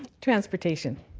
transportation.